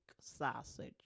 sausage